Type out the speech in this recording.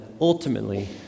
ultimately